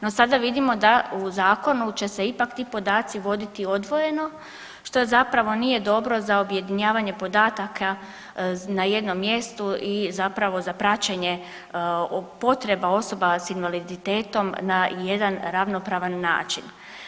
No sada vidimo da u zakonu će se ipak ti podaci voditi odvojeno, što zapravo nije dobro za objedinjavanje podataka na jednom mjestu i zapravo za praćenje potreba osoba s invaliditetom na jedan ravnopravan način.